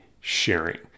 sharing